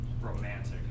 romantic